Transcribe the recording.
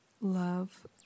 love